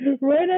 right